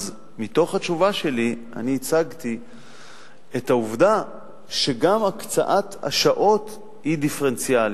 בתוך התשובה שלי הצגתי את העובדה שגם הקצאת השעות היא דיפרנציאלית.